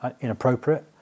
inappropriate